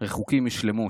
רחוקים משלמות.